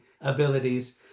abilities